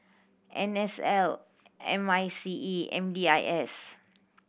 N S L M I C E M D I S